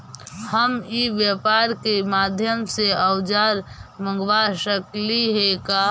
हम ई व्यापार के माध्यम से औजर मँगवा सकली हे का?